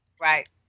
Right